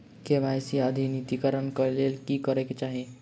KYC अद्यतनीकरण कऽ लेल की करऽ कऽ हेतइ?